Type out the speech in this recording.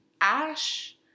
Ash